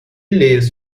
lives